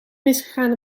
misgegaan